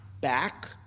back